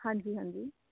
ਹਾਂਜੀ ਹਾਂਜੀ